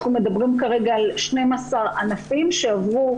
אנחנו מדבירם כרגע על 12 ענפים שעברו